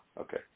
Okay